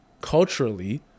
culturally